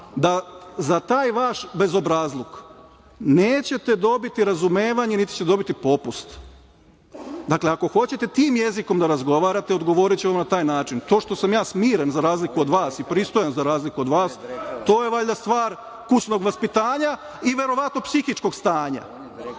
da za taj vaš bezobrazluk nećete dobiti razumevanje niti ćete dobiti popust. Dakle, ako hoćete tim jezikom da razgovarate, odgovoriću vam na taj način. To što sam ja smiren za razliku od vas i pristojan za razliku od vas, to je valjda stvar kućnog vaspitanja i verovatno psihičkog stanja.